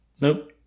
Nope